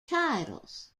titles